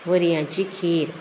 वऱ्यांची खीर